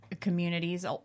Communities